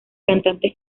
cantantes